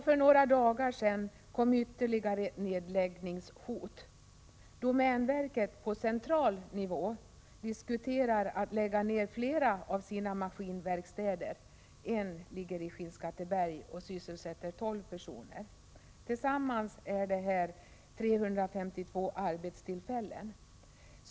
För några dagar sedan kom ytterligare nedläggningshot. Domänverket diskuterar på central nivå att lägga ned flera av sina maskinverkstäder — en ligger i Skinnskatteberg och sysselsätter 12 personer. Tillsammans blir detta 352 arbetstillfällen.